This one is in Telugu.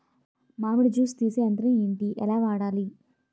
మామిడి జూస్ తీసే యంత్రం ఏంటి? ఎలా వాడాలి?